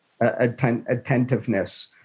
attentiveness